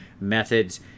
methods